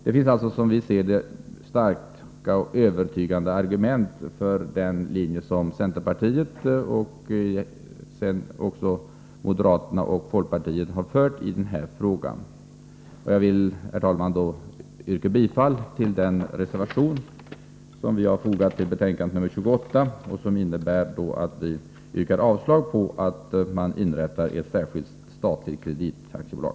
Det finns alltså som vi ser det starka och övertygande argument för den linje som centerpartiet och också moderaterna och folkpartiet har följt i den här frågan. Herr talman! Jag ber att få yrka bifall till den reservation 1 som vi har fogat till betänkande 28 och i vilken vi yrkar avslag på förslaget om att inrätta ett särskilt statligt kreditaktiebolag.